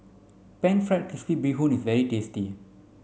pan fried crispy bee hoon is very tasty